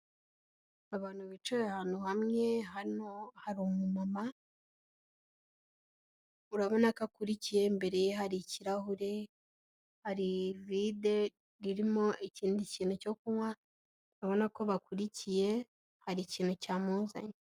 Abantu bicaye ahantu hamwe, hano hari umumama urabona ko akurikiye, imbere hari ikirahure, hari ivide irimo ikindi kintu kunywa, urabona ko bakurikiye hari ikintu cyamuzanye.